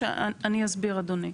אני אסביר, אדוני.